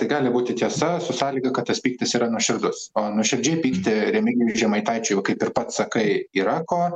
tai gali būti su sąlyga kad tas pyktis yra nuoširdus o nuoširdžiai pykti remigijui žemaitaičiui kaip ir pats sakai yra ko